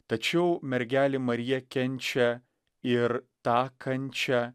tačiau mergelė marija kenčia ir tą kančią